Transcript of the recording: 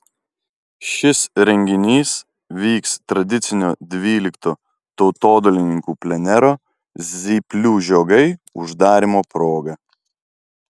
šis renginys vyks tradicinio dvylikto tautodailininkų plenero zyplių žiogai uždarymo proga